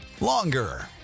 longer